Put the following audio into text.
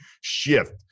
shift